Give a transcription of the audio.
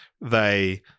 they-